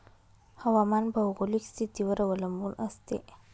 हवामान भौगोलिक स्थितीवर अवलंबून असते